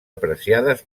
apreciades